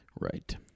Right